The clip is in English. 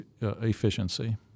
efficiency